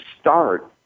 start